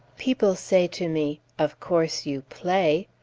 people say to me, of course you play?